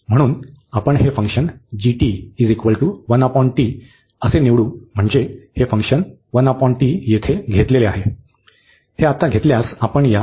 म्हणून आपण हे फंक्शन g निवडू म्हणजे हे फंक्शन येथे घेतलेले आहे